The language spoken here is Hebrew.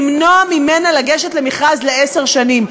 למנוע ממנה לגשת למכרז לעשר שנים.